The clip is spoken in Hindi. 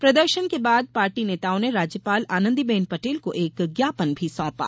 प्रदर्शन के बाद पार्टी नेताओं ने राज्यपाल आनंदीबेन पटेल को एक ज्ञापन भी सौंपा